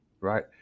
right